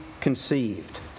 conceived